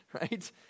right